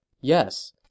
Yes